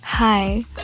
hi